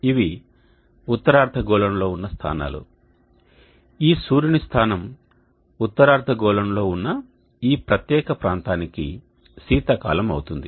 ఇవి ఉత్తర అర్ధగోళంలో ఉన్న స్థానాలు ఈ సూర్యుని స్థానం ఉత్తర అర్ధగోళంలో ఉన్న ఈ ప్రత్యేక ప్రాంతానికి శీతాకాలం అవుతుంది